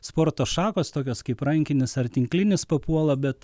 sporto šakos tokios kaip rankinis ar tinklinis papuola bet